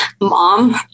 mom